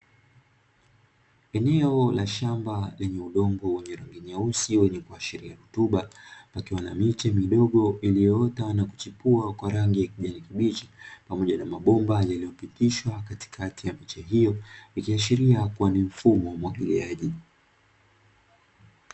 Eneo la shamba lenye udongo wenye rangi nyeusi wenye kuashiria rutuba pakiwa na miche midogo ilioota na kuchipua kwa rangi ya kijani kibichi pamoja na mabomba yaliyopitishwa katikati ya miche hio, ikiashiria kuwa ni mfumo wa umwagiliaji.